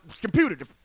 computer